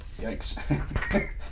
yikes